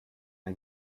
ein